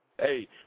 hey